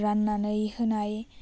राननानै होनाय